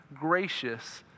gracious